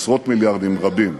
עשרות מיליארדים רבים,